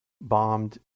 bombed